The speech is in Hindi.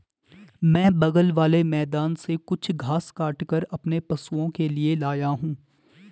मैं बगल वाले मैदान से कुछ घास काटकर अपने पशुओं के लिए लाया हूं